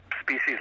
species